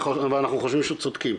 ואנחנו חושבים שהם צודקים.